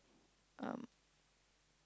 um